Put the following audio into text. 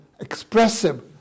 expressive